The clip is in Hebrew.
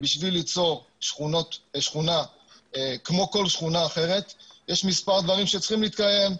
ובשביל ליצור שכונה כמו כל שכונה אחרת יש מספר דברים שצריכים להתקיים.